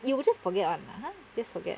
you will just forget [one] lah !huh! just forget